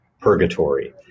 Purgatory